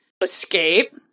escape